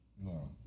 no